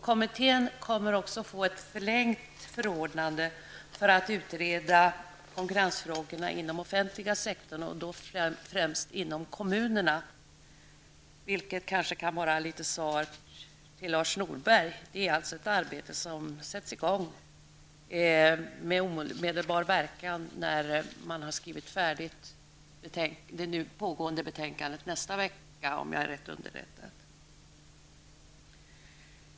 Kommittén kommer också att få ett förlängt förordnande för att utreda konkurrensfrågorna inom den offentliga sektorn, främst inom kommunerna, vilket kanske vara ett litet svar till Lars Norberg. Det är alltså ett arbete som sätts i gång med omedelbar verkan när man har skrivit färdigt det nu pågående betänkandet, vilket, om jag är riktigt underrättad, sker nästa vecka.